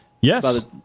Yes